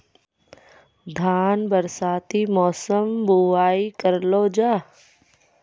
धान बरसाती मौसम बुवाई करलो जा?